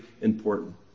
important